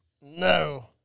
no